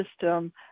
system